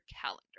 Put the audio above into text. calendar